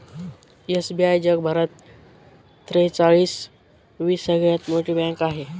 SBI जगभरात त्रेचाळीस वी सगळ्यात मोठी बँक आहे